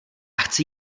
chci